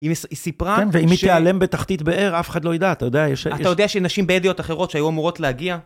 היא סיפרה... כן, ואם היא תיעלם בתחתית באר, אף אחד לא ידע, אתה יודע, יש... אתה יודע שנשים בדואיות אחרות שהיו אמורות להגיע?